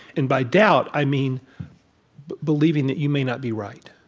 and by doubt, i mean believing that you may not be right